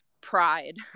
pride